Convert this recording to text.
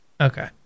Okay